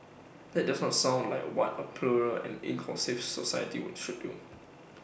that does not sound like what A plural and inclusive society would should do